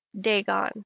Dagon